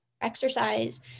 exercise